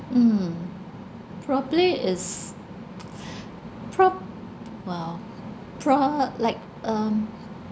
mm probably is prob~ well pro~ like um